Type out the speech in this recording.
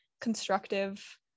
constructive